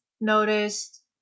noticed